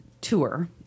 tour